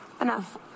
Enough